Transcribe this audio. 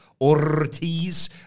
Ortiz